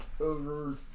over